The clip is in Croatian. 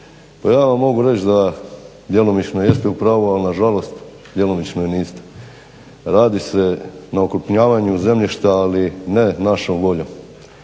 ja vam mogu reći da djelomično jeste u pravu a na žalost djelomično i niste. Radi se na okrupnjavanju zemljišta ali ne našom voljom